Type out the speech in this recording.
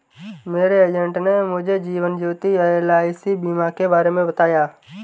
मेरे एजेंट ने मुझे जीवन ज्योति एल.आई.सी बीमा के बारे में बताया